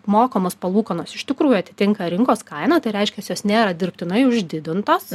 mokamos palūkanos iš tikrųjų atitinka rinkos kainą tai reiškias jos nėra dirbtinai uždidintos